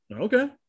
Okay